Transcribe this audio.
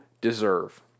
deserve